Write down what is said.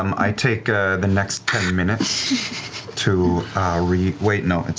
um i take the next ten minutes to wait, no,